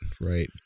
Right